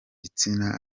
gitsina